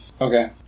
Okay